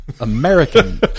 American